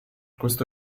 questo